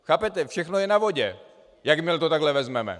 Chápete, všechno je na vodě, jakmile to takhle vezmeme.